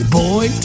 boy